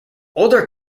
older